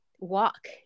walk